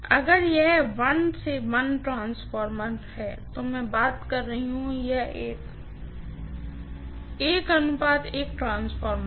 अगर यह ट्रांसफॉर्मर है तो मैं बात कर रही हूँ कि यह ट्रांसफॉर्मर है